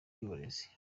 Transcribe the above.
y’uburezi